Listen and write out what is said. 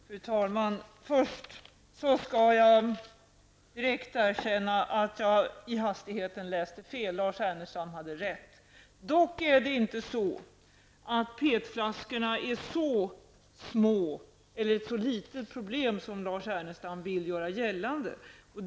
Fru talman! Först skall jag direkt erkänna att jag i hastigheten läste fel. Lars Ernestam hade rätt. Det är dock inte så att PET-flaskorna är ett så litet problem som Lars Ernestam vill göra gällande.